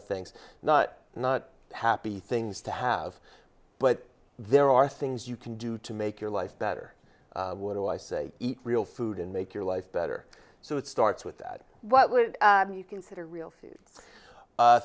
of things not not happy things to have but there are things you can do to make your life better what do i say eat real food and make your life better so it starts with that what would you consider real